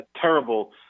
terrible